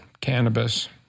cannabis